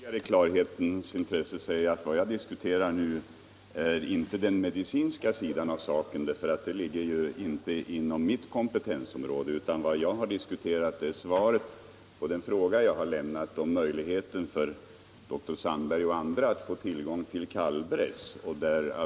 Herr talman! Får jag ytterligare i klarhetens intresse säga att vad jag nu diskuterar inte är den medicinska sidan av saken för den ligger inte inom mitt kompetensområde. Vad jag har diskuterat är det svar jag lämnade på herr Fågelsbos fråga om möjligheten för dr Sandberg och andra att få tillgång till kalvbräss.